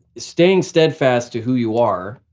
staying steadfast to who you are,